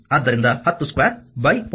ಆದ್ದರಿಂದ 10 2 0